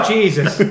Jesus